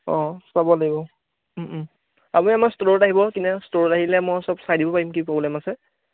অঁ চাব লাগিব আপুনি আমাৰ ষ্টোৰত আহিব ষ্টোৰত আহিলে মই চব চাই দিব পাৰিম কি প্ৰব্লেম আছে